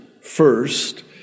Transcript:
First